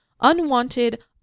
unwanted